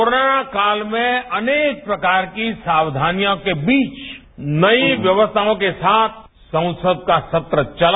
corona काल में अनेक प्रकार की साक्षानियों के बीच नई व्यवस्थाओं के साथ संसद का सत्र चला